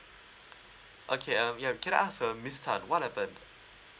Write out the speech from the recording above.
okay um yup can I ask uh miss tan what happen